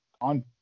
on